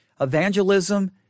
evangelism